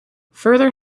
further